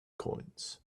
coins